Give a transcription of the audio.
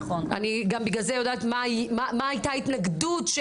בגלל זה אני גם יודעת אני גם בגלל זה שהייתה התנגדות של